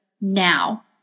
now